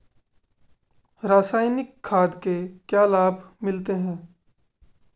रसायनिक खाद के क्या क्या लाभ मिलते हैं?